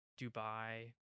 Dubai